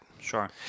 Sure